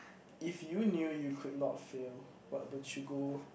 if you knew you could not fail what would you go